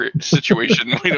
situation